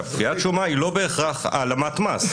קביעת שומה היא לא בהכרח העלמת מס.